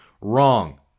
Wrong